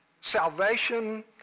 Salvation